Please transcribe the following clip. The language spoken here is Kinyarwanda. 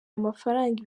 amafaranga